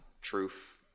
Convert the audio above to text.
truth